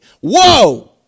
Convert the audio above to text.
Whoa